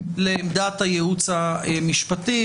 לעמדת הייעוץ המשפטי,